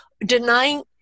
denying